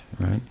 right